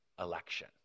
election